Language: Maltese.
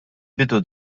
bidu